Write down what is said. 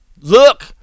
Look